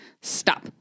Stop